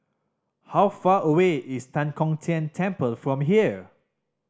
how far away is Tan Kong Tian Temple from here